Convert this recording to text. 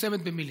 מצומצמת במילים.